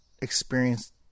experienced